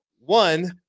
One